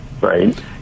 Right